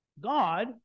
God